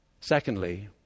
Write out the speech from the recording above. Secondly